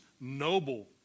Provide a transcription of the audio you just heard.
noble